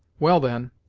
well, then,